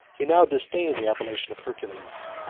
he now disdained the appellation of hercules.